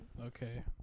okay